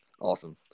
Awesome